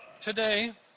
Today